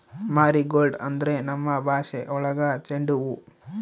marigold ಅಂದ್ರೆ ನಮ್ ಭಾಷೆ ಒಳಗ ಚೆಂಡು ಹೂವು